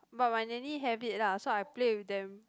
but my nanny have it lah so I play with them